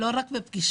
לא רק בפגישות,